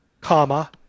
comma